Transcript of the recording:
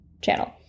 channel